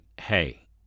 hey